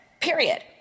period